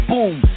Boom